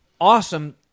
awesome